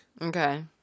Okay